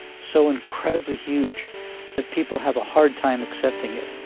so incredibly huge that people have a hard time accepting it.